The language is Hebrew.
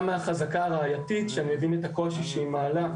גם החזקה הראייתית, שאני מבין את הקושי שהיא מעלה.